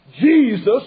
Jesus